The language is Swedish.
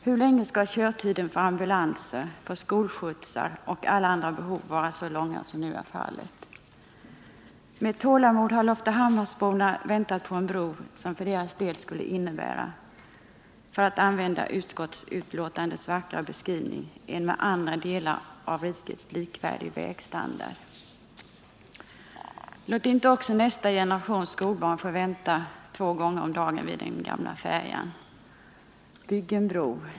Hur länge skall körtiden för ambulanser, för skolskjutsar osv. behöva vara så lång som nu är fallet? Med tålamod har Loftahammarsborna väntat på en bro som för deras del skulle innebära — för att använda utskottsbetänkandets vackra beskrivning — en med andra delar av riket likvärdig vägstandard. Låt inte också nästa generations skolbarn få vänta två gånger om dagen vid den gamla färjan. Bygg en bro!